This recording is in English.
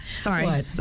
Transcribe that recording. Sorry